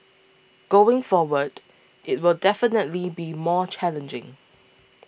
going forward it will definitely be more challenging